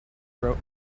wrote